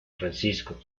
francisco